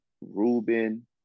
Ruben